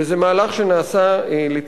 וזה מהלך שנעשה, לטעמי,